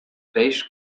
peix